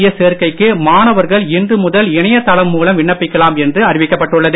S சேர்க்கைக்கு மாணவர்கள் இன்று முதல் இணையதளம் மூலம் விண்ணப்பிக்கலாம் என்று அறிவிக்கப்பட்டுள்ளது